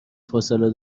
فاصله